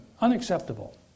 Unacceptable